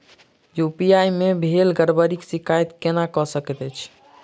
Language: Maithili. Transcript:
यु.पी.आई मे भेल गड़बड़ीक शिकायत केना कऽ सकैत छी?